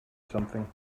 something